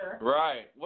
Right